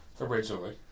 originally